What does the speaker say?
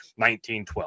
1912